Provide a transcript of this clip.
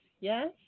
yes